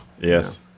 Yes